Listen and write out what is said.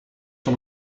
com